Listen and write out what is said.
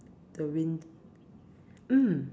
the wind~ mm